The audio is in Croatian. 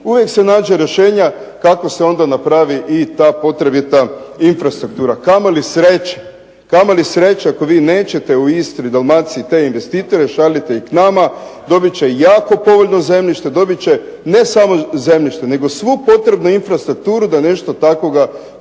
uvijek se nađu rješenja kako se onda napravi i ta potrebita infrastruktura. Kamoli sreće ako vi nećete u Istri, Dalmaciji te investitore šaljite ih k nama, dobit će jako povoljno zemljište, dobit će ne samo zemljište nego svu potrebnu infrastrukturu da nešto takvoga kod